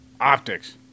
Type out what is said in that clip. Optics